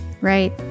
Right